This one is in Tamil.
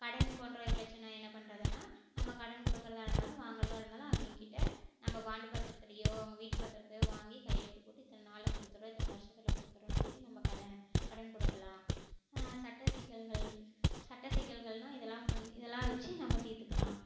கடன் போன்ற பிரச்சனை என்ன பண்றதுன்னால் நம்ம கடன் கொடுக்குறதா இருந்தாலும் வாங்குறதா இருந்தாலும் அவங்க கிட்ட நம்ம பாண்டு பத்திரத்துலையோ அவங்க வீட்டு பத்திரத்தையோ வாங்கி கையெழுத்து போட்டு இத்தனை நாளில் கொடுத்துறேன் இத்தனை வருஷத்துல கொடுத்தட்றேன்னு சொல்லி நம்ம கடன் கடன் கொடுக்கலாம் சட்ட சிக்கல்கள் சட்ட சிக்கல்கள்ன்னால் இதல்லாம் வந் இதல்லாம் வச்சு நம்ம தீர்த்துக்கலாம்